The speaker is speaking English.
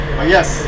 Yes